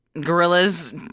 gorillas